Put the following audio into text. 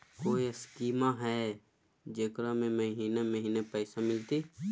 कोइ स्कीमा हय, जेकरा में महीने महीने पैसा मिलते?